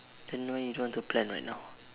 then why you don't want to plan right now